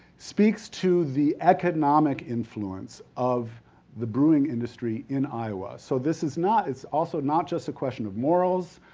speaks to the economic influence of the brewing industry in iowa. so, this is not, it's also not just a question of morals.